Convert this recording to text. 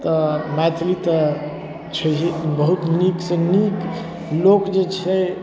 तऽ मैथिली तऽ छहिये बहुत नीकसँ नीक लोक जे छै